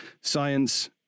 science